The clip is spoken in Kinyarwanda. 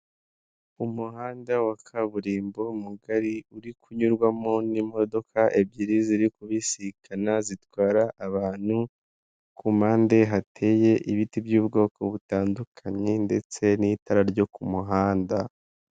Umuhanda wa kaburimbo mugari uri kunyurwamo n'imodoka ebyiri ziri kubisikana zitwara abantu, ku mpande hateye ibiti by'ubwoko butandukanye ndetse n'itara ryo ku muhanda.